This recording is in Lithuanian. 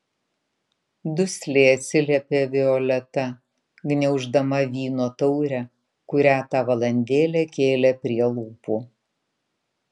dusliai atsiliepė violeta gniauždama vyno taurę kurią tą valandėlę kėlė prie lūpų